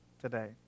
today